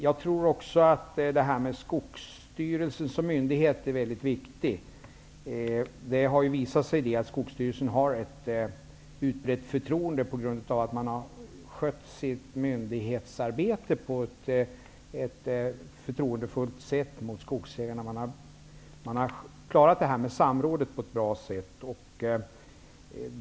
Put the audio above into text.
Jag tror att detta med Skogsstyrelsen som myndighet är mycket viktigt. Det har ju visat sig att Skogsstyrelsen har ett utbrett förtroende på grund av att man har skött sitt myndighetsarbete på ett förtroendefullt sätt gentemot skogsägarna. Man har klarat samrådet på ett bra sätt.